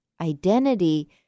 identity